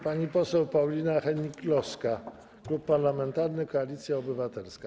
Pani poseł Paulina Hennig-Kloska, Klub Parlamentarny Koalicja Obywatelska.